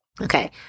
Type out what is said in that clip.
Okay